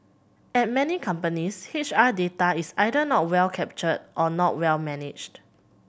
at many companies H R data is either not well captured or not well managed